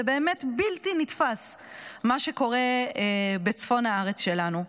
זה באמת בלתי נתפס מה שקורה בצפון הארץ שלנו.